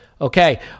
Okay